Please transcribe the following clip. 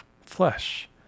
flesh